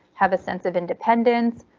have a sense of independence,